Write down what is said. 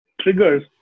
triggers